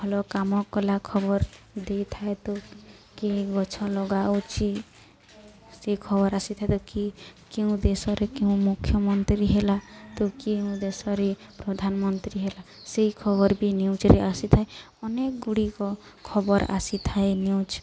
ଭଲ କାମ କଲା ଖବର ଦେଇଥାଏ ତ କିହି ଗଛ ଲଗାଉଛି ସେ ଖବର ଆସିଥାଏ ତ କି କେଉଁ ଦେଶରେ କେଉଁ ମୁଖ୍ୟମନ୍ତ୍ରୀ ହେଲା ତ କେଉଁ ଦେଶରେ ପ୍ରଧାନମନ୍ତ୍ରୀ ହେଲା ସେଇ ଖବର ବି ନ୍ୟୁଜରେ ଆସିଥାଏ ଅନେକ ଗୁଡ଼ିକ ଖବର ଆସିଥାଏ ନ୍ୟୁଜ